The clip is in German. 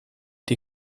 die